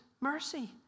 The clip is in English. mercy